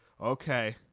okay